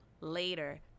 later